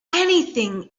anything